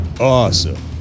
awesome